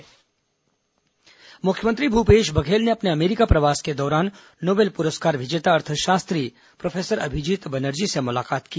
मुख्यमंत्री अमेरिका मुख्यमंत्री भूपेश बघेल ने अपने अमेरिका प्रवास के दौरान नोबल पुरस्कार विजेता अर्थशास्त्री प्रोफेसर अभिजीत बनर्जी से मुलाकात की